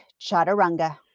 chaturanga